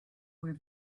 were